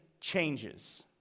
changes